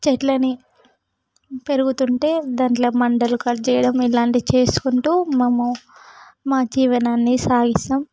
చెట్లనిపెరుగుతుంటే దానిలోని మండలు కట్ చేయడం ఇలాంటివి చేసుకుంటూ మేము మా జీవనాన్నిసాగిస్తాము